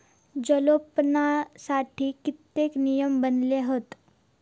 जलोत्पादनासाठी कित्येक नियम बनवले हत